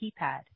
keypad